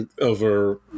over